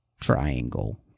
triangle